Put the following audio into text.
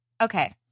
Okay